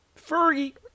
Fergie